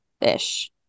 ish